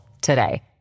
today